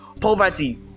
poverty